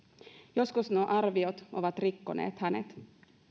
joskus nuo arviot ovat rikkoneet hänet